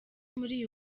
muri